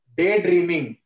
daydreaming